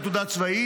במסגרת עתודה צבאית,